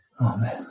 Amen